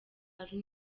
ari